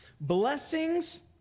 Blessings